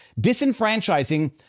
disenfranchising